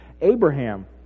abraham